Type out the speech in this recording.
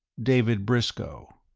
david briscoe.